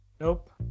nope